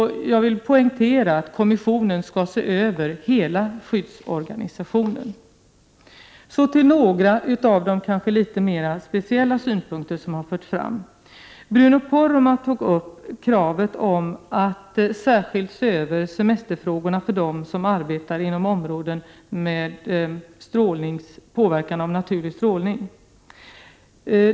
Jag vill poängtera att kommissionen skall se över hela skyddsorganisationen. Så till några av de kanske mera speciella synpunkter som har förts fram. Bruno Poromaa tog upp kravet på en särskild översyn av semesterfrågorna för dem som arbetar inom områden med påverkan av naturlig strålning.